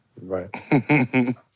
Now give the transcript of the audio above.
Right